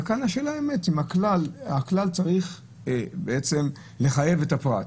כאן השאלה היא האם הכלל צריך לחייב את הפרט.